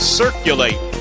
circulate